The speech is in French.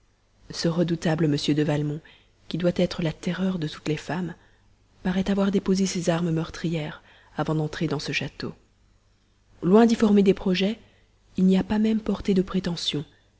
ce redoutable m de valmont qui doit être la terreur de toutes les femmes paraît avoir déposé ses armes meurtrières avant d'entrer dans ce château loin d'y former des projets il n'y a pas même porté de prétentions